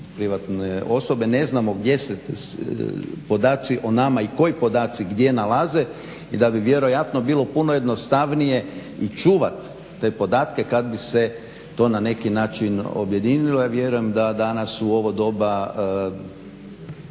privatne osobe ne znamo gdje se podaci o nama i koji podaci gdje nalaze. I da bi vjerojatno bilo puno jednostavnije i čuvati te podatke kad bi se to na neki način objedinilo. Ja vjerujem da danas u ovo doba